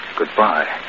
goodbye